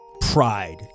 pride